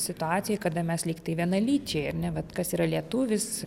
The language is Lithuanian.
situacijoje kada mes lyg tai vienalyčiai ar ne vat kas yra lietuvis